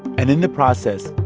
and in the process,